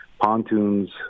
pontoons